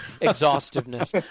exhaustiveness